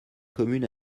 commune